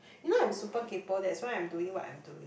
you know I'm super kaypoh that's why I'm doing what I'm doing